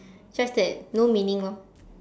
just that no meaning lor